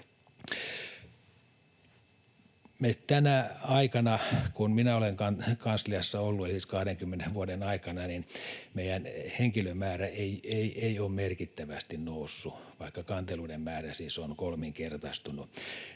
Tänä aikana, kun minä olen kansliassa ollut, eli siis 20 vuoden aikana, meidän henkilömäärä ei ole merkittävästi noussut, vaikka kanteluiden määrä siis on kolminkertaistunut.